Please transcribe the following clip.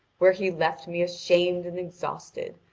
where he left me ashamed and exhausted,